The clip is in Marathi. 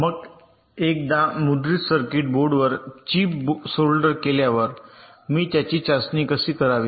मग एकदा मुद्रित सर्किट बोर्डवर चिप सोल्डर केल्यावर मी त्याची चाचणी कशी करावी